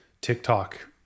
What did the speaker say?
TikTok